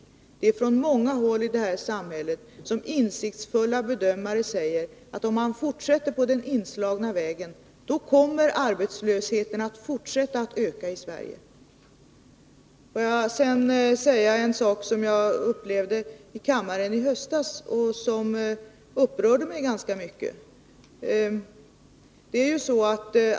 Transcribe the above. Insiktsfulla bedömare från många håll i samhället säger att arbetslösheten kommer att fortsätta att öka i Sverige, om vi fortsätter på den inslagna vägen. Jag vill vidare ta upp något som hände i kammaren i höstas och som upprörde mig ganska mycket.